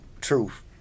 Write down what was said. truth